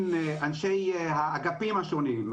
עם אנשי האגפים השונים,